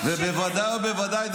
ובוודאי ובוודאי,